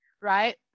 right